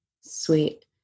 sweet